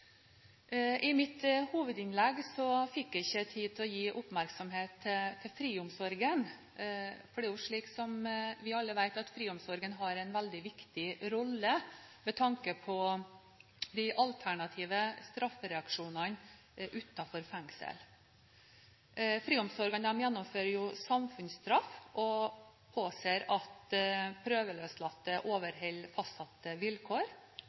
I mitt hovedinnlegg fikk jeg ikke tid til å gi oppmerksomhet til friomsorgen. Som vi alle vet, har friomsorgen en veldig viktig rolle, med tanke på de alternative straffereaksjonene utenfor fengselet. Friomsorgen gjennomfører samfunnsstraff og påser at prøveløslatte overholder fastsatte vilkår